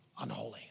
unholy